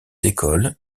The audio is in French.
écoles